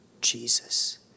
Jesus